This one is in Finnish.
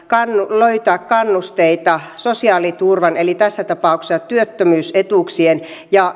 löytää kannusteita sosiaaliturvan eli tässä tapauksessa työttömyysetuuksien ja